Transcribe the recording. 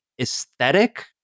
aesthetic